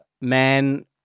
man